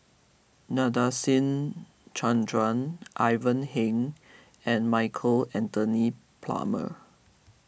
Nadasen Chandra Ivan Heng and Michael Anthony